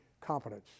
competence